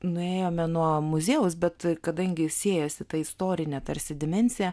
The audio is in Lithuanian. nuėjome nuo muziejaus bet kadangi siejasi ta istorinė tarsi dimensija